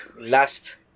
last